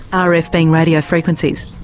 ah rf being radio frequencies.